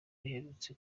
riherutse